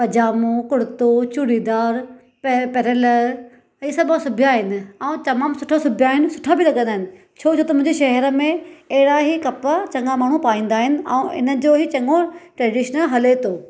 पजामो कुर्तो चूड़ीदार पह परल ही सभु सुभिया आहिनि ऐं तमामु सुठा सुबिया आहिनि सुठा बि लॻंदा आहिनि छो ज त मुंहिंजे शहर में एॾा ई कपिड़ा चङा माण्हू पाईंदा आहिनि ऐं हिन जो ई चङो ट्रेडिशनल हले थो